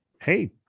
Hey